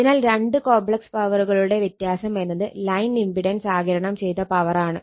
അതിനാൽ രണ്ട് കോംപ്ലക്സ് പവറുകളുടെ വ്യത്യാസം എന്നത് ലൈൻ ഇമ്പിടൻസ് ആഗിരണം ചെയ്ത പവർ ആണ്